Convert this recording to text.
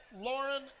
Lauren